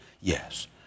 Yes